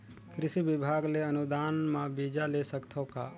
कृषि विभाग ले अनुदान म बीजा ले सकथव का?